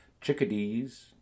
chickadees